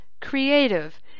creative